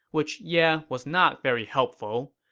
which, yeah, was not very helpful.